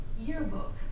yearbook